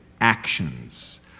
actions